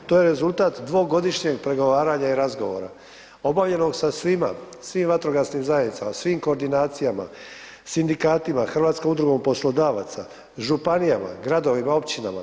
To je rezultat 2.-godišnjeg pregovaranja i razgovora obavljenog sa svima, svim vatrogasnim zajednicama, svim koordinacijama, sindikatima, Hrvatskom udrugom poslodavaca, županijama, gradovima, općinama.